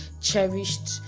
cherished